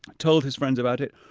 told his friends about it,